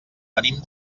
venim